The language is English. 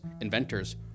inventors